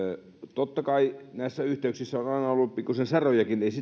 totta kai näissä yhteyksissä on aina ollut pikkuisen säröjäkin